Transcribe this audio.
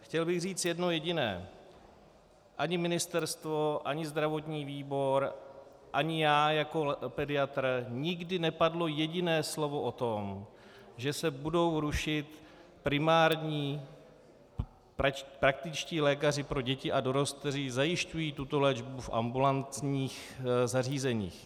Chtěl bych říct jedno jediné: Ani ministerstvo ani zdravotní výbor ani já jako pediatr, nikdy nepadlo jediné slovo o tom, že se budou rušit primární praktičtí lékaři pro děti a dorost, kteří zajišťují tuto léčbu v ambulantních zařízeních.